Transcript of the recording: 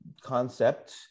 concept